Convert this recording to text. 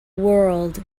world